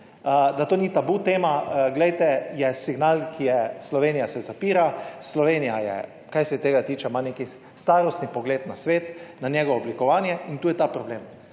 da to ni tabu tema, je signal, Slovenija se zapira, Slovenija, kar se tega tiče, ima nek starostni pogled na svet, na njegovo oblikovanje. In tu je ta problem.